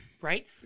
Right